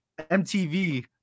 mtv